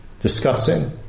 discussing